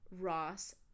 Ross